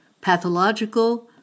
pathological